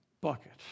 bucket